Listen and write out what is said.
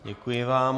Děkuji vám.